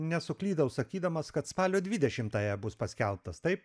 nesuklydau sakydamas kad spalio dvidešimtąją bus paskelbtas taip